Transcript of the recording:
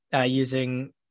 using